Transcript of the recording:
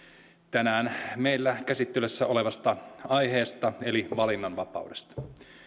tänään meillä käsittelyssä olevasta aiheesta eli valinnanvapaudesta